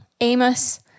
Amos